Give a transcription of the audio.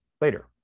later